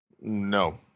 No